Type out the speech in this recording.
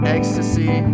Ecstasy